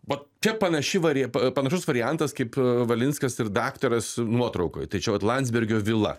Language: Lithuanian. vat čia panaši vari panašus variantas kaip valinskas ir daktaras nuotraukoj tai čia vat landsbergio vila